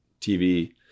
TV